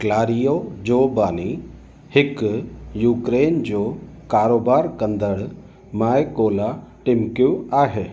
Clario जो बानी हिकु यूक्रेन जो कारोबारु कंदड़ मायकोला टिम्किव आहे